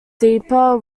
deeper